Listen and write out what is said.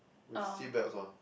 with seat belts on